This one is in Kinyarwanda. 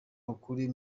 ukuri